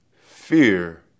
Fear